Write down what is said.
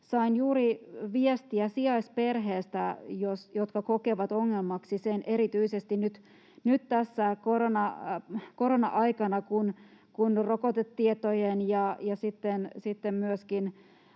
Sain juuri viestiä sijaisperheistä, jotka kokevat ongelmaksi erityisesti nyt tässä korona-aikana sen, että